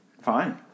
Fine